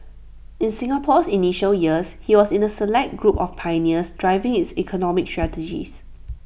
in Singapore's initial years he was in A select group of pioneers driving its economic strategies